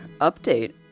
update